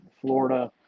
Florida